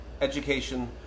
Education